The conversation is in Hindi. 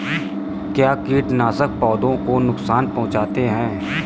क्या कीटनाशक पौधों को नुकसान पहुँचाते हैं?